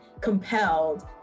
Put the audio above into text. compelled